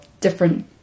different